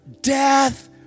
death